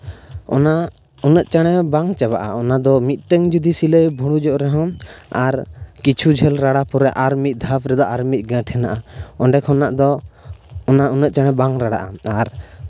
ᱚᱱᱟ ᱩᱱᱟᱹᱜ ᱪᱟᱲᱮ ᱵᱟᱝ ᱪᱟᱵᱟᱜᱼᱟ ᱚᱱᱟ ᱫᱚ ᱢᱤᱫᱴᱮᱱ ᱡᱩᱫᱤ ᱥᱤᱞᱟᱹᱭ ᱵᱷᱩᱲᱩᱡᱚᱜ ᱨᱮᱦᱚᱸ ᱟᱨ ᱠᱤᱪᱷᱩ ᱡᱷᱟᱹᱞ ᱨᱟᱲᱟ ᱯᱚᱨᱮ ᱟᱨ ᱢᱤᱫ ᱫᱷᱟᱯ ᱨᱮᱫᱚ ᱟᱨ ᱢᱤᱫ ᱜᱟᱹᱴ ᱢᱮᱱᱟᱜᱼᱟ ᱚᱸᱰᱮ ᱠᱷᱚᱱᱟᱜ ᱫᱚ ᱚᱱᱟ ᱩᱱᱟᱹᱜ ᱪᱟᱬᱮ ᱵᱟᱝ ᱨᱟᱲᱟᱜᱼᱟ ᱟᱨ